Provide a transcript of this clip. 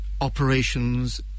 operations